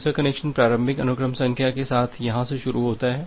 दूसरा कनेक्शन प्रारंभिक अनुक्रम संख्या के साथ यहां से शुरू होता है